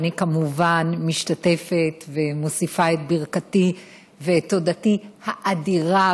ואני כמובן משתתפת ומוסיפה את ברכתי ותודתי האדירה,